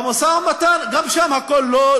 גם במשא-ומתן שם הכול: לא,